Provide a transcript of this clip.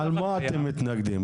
על מה אתם מתנגדים?